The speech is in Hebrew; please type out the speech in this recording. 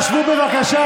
שבו, בבקשה.